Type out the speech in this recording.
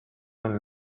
and